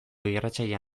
irratsaioa